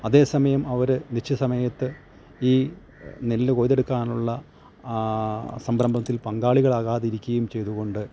അതേസമയം അവര് നിശ്ചയ സമയത്ത് ഈ നെല്ല് കൊയ്തെടുക്കാനുള്ള സംരംഭത്തിൽ പങ്കാളികളാകാതിരിക്കുകയും ചെയ്തുകൊണ്ട്